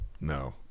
No